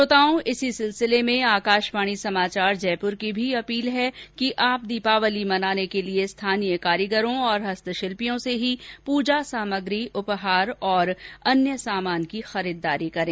श्रोताओं इसी सिलसिले में आकाशवाणी समाचार जयपुर की भी अपील है कि आप दीपावली मनाने के लिए स्थानीय कारीगरों और हस्तशिल्पियों से ही पूजा सामग्री उपहार और अन्य सामान की खरीददारी करें